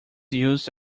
used